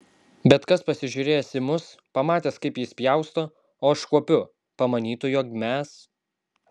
bet kas pasižiūrėjęs į mus pamatęs kaip jis pjausto o aš kuopiu pamanytų jog mes